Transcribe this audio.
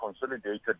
consolidated